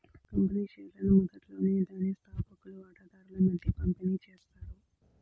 company షేర్లను మొదట్లోనే దాని స్థాపకులు వాటాదారుల మధ్య పంపిణీ చేస్తారు